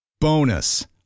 Bonus